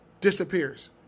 disappears